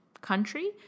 country